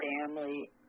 family